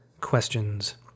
questions